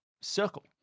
circle